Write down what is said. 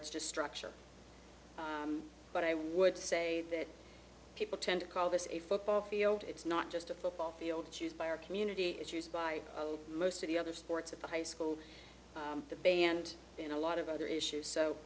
it's just structure but i would say that people tend to call this a football field it's not just a football field choose by our community it's used by most of the other sports at the high school the band in a lot of other issues so